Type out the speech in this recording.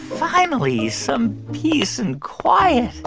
finally, some peace and quiet